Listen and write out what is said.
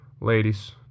ladies